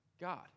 God